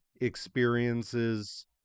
experiences